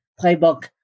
playbook